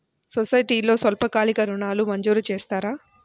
సొసైటీలో స్వల్పకాలిక ఋణాలు మంజూరు చేస్తారా?